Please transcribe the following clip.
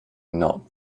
not